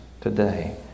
today